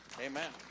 Amen